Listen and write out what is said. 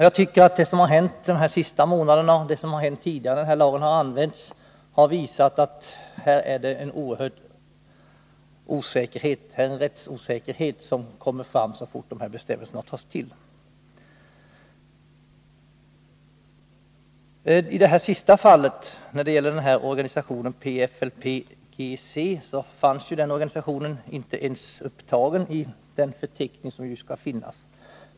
Jag tycker att det som hänt de senaste månaderna, liksom tidigare när denna lag använts, har visat att det råder en oerhörd rättsosäkerhet så fort dessa bestämmelser tas till. I det senaste fallet, som gällde organisationen PFLP-GC, framkom att den organisationen inte ens fanns upptagen i den förteckning som skall finnas.